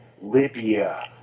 Libya